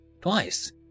Twice